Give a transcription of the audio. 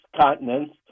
continents